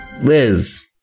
Liz